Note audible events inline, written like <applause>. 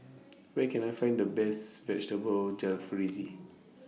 <noise> Where Can I Find The Best Vegetable Jalfrezi